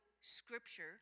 Scripture